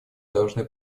должны